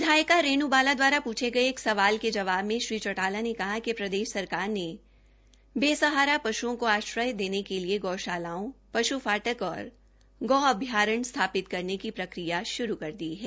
विधायका रेण् बाला द्वारा पूछे गये एक सवाल के जवाब में श्री चौटाला ने कहा कि प्रदेश सरकार ने बेसहारा पश्ओं को आश्रय देने के लिए गौशालाओं पश् फाटक और गौअभ्यारण स्थापना करने की प्रक्रिया शुरू कर दी है